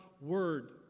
word